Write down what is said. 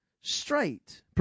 straight